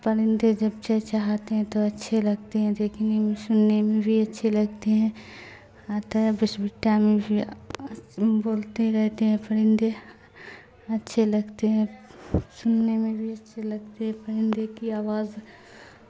پرندے جب چ چاہاتے ہیں تو اچھے لگتے ہیں دیکھنے میں سننے میں بھی اچھے لگتے ہیں آتا بس بٹا میں بھی بولتے رہتے ہیں پرندے اچھے لگتے ہیں سننے میں بھی اچھے لگتے ہیں پرندے کی آواز